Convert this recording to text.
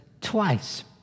twice